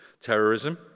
terrorism